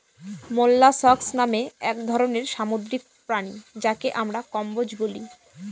molluscs মানে এক ধরনের সামুদ্রিক প্রাণী যাকে আমরা কম্বোজ বলি